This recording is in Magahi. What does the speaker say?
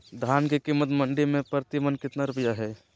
धान के कीमत मंडी में प्रति मन कितना रुपया हाय?